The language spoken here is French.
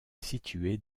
située